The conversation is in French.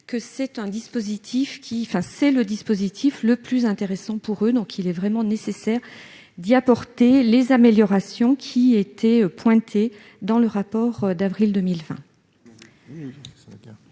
que ce dispositif est le plus intéressant pour eux. Il est vraiment nécessaire d'y apporter les améliorations pointées dans le rapport d'avril 2020.